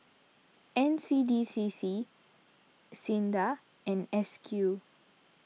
N C D C C Sinda and S Q